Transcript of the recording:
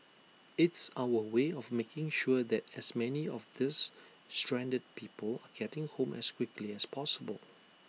it's our way of making sure that as many of these stranded people are getting home as quickly as possible